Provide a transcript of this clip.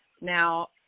Now